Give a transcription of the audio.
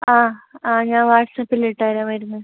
ആ ആ ഞാൻ വാട്ട്സാപ്പിലിട്ട് തരാം മരുന്ന്